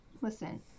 listen